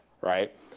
right